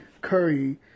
Curry